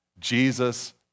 Jesus